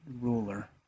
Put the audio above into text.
ruler